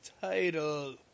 title